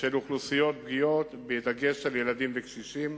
של אוכלוסיות פגיעות, בדגש על ילדים וקשישים.